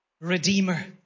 redeemer